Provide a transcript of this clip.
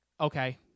okay